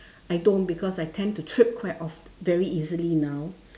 I don't because I tend to trip quite of~ very easily now